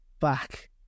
back